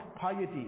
piety